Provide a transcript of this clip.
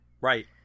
Right